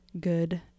good